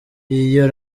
iyo